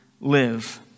live